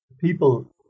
people